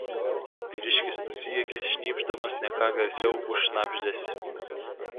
vyriškis nusijuokė šnypšdamas ne ką garsiau už šnabždesį